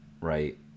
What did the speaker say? right